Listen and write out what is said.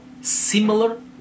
similar